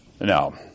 No